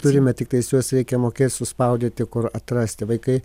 turime tiktais juos reikia mokėt suspaudyti kur atrasti vaikai